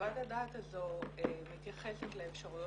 חוות הדעת הזו מתייחסת לאפשרויות